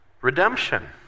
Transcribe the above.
redemption